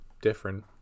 different